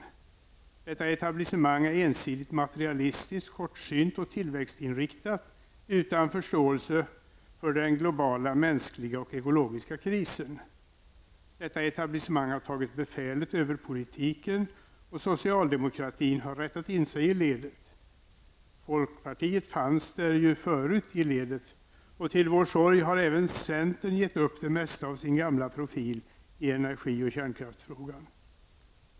Detta etablissemang är ensidigt materalistiskt, kortsynt tillväxtinriktat, utan förståelse för den globala mänskliga och ekologiska krisen. Detta etablissemang har tagit befälet över politiken, och socialdemokratin har rättat in sig i ledet. Folkpartiet fanns där förut. Till vår sorg har även centern gett upp det mesta av sin gamla profil i energi och kärnkraftsfrågan.